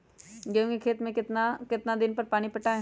गेंहू के खेत मे कितना कितना दिन पर पानी पटाये?